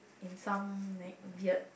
in some like weird